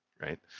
right